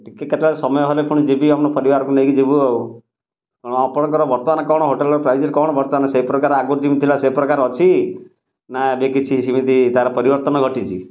ଟିକେ କେତେବେଳେ ସମୟ ହେଲେ ପୁଣି ଯିବି ଆମ ପରିବାରକୁ ନେଇକି ଯିବୁ ଆଉ ହଁ ଆପଣଙ୍କର ବର୍ତ୍ତମାନ କ'ଣ ହୋଟେଲର ପ୍ରାଇସ୍ରେ କ'ଣ ବର୍ତ୍ତମାନ ସେହି ପ୍ରକାର ଆଗରୁ ଯେମିତି ଥିଲା ସେ ପ୍ରକାର ଅଛି ନା ଏବେ କିଛି ସେମିତି ତା'ର ପରିବର୍ତ୍ତନ ଘଟିଛି